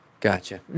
Gotcha